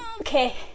okay